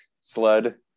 Sled